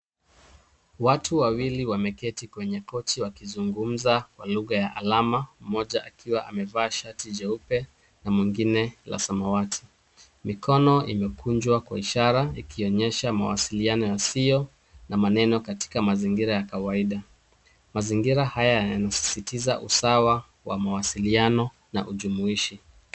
Watu wawili wameketi kwenye kochi wakizungumza kwa lugha ya alama mmoja akiwa amevaa shati jeupe na mwingine la samawati. Mikono imekunjwa kwa ishara ikionyesha mawasiliano yasiyo na maneno katika mazingira ya kawaida. Mazingira haya yanasisitiza usawa wa mawasiliano na ujumuishi.